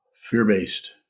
fear-based